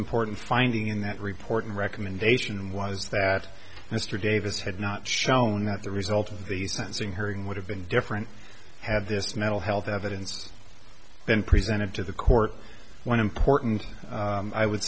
important finding in that report and recommendation was that mr davis had not shown that the result of the sensing hearing would have been different had this mental health evidence been presented to the court one important i would